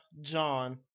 John